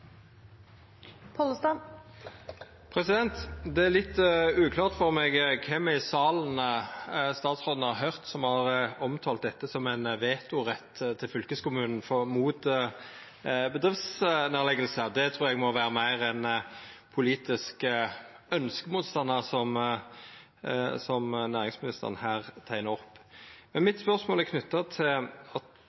litt uklart for meg kven det er i salen statsråden har høyrt som har omtalt dette som ein vetorett til fylkeskommunen mot bedriftsnedleggingar. Det trur eg må vera meir ein politisk ønskemotstandar som næringsministeren her teiknar opp. Mitt spørsmål er knytt til